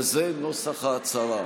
וזה נוסח ההצהרה: